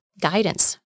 guidance